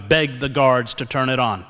beg the guards to turn it on